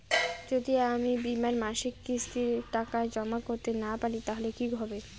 যদি আমি বীমার মাসিক কিস্তির টাকা জমা করতে না পারি তাহলে কি হবে?